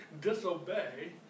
disobey